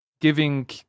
giving